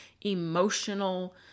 emotional